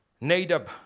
Nadab